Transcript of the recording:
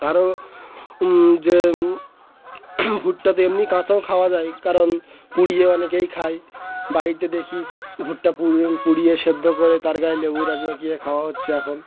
আরও যে ভুট্টাতে এমনি কাঁচাও খাওয়া যায় কারণ পুড়িয়ে অনেকেই খায় বাড়িতে দেখি ভুট্টা পুড়িয়ে সেদ্ধ করে তার গায়ে লেবুর খাওয়া হচ্ছে এখন